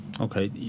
Okay